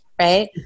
Right